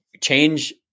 change